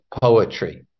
poetry